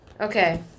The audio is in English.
Okay